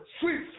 sweet